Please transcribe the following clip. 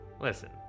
Listen